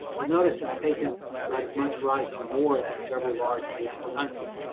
but notice it's taking about as much rice or more than several large asian countries,